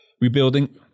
Rebuilding